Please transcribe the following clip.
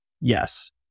Yes